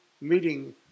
meeting